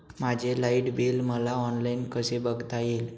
माझे light bill मला online कसे बघता येईल?